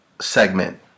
segment